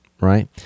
right